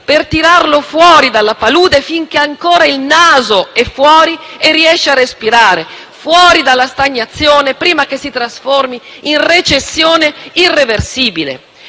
per tirarlo fuori dalla palude finché ancora il naso è fuori e riesce a respirare, fuori dalla stagnazione prima che si trasformi in recessione irreversibile.